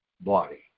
body